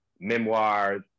memoirs